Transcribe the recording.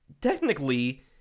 technically